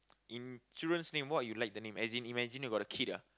in children's name what you like the name as in imagine you got a kid ah